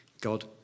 God